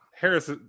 Harris